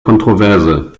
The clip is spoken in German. kontroverse